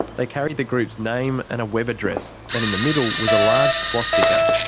they carried the group's name and a web address and in the middle was a large swastika.